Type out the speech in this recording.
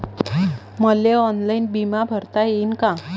मले ऑनलाईन बिमा भरता येईन का?